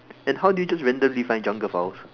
and how do you just randomly jungle files